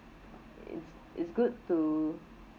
it's it's good to